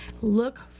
look